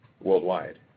worldwide